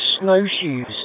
snowshoes